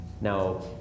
Now